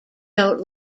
note